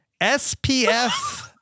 SPF